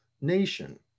nation